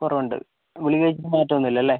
കുറവുണ്ട് ഗുളിക കഴിച്ചിട്ട് മാറ്റം ഒന്നും ഇല്ല അല്ലെ